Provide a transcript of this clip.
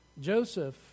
Joseph